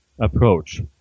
approach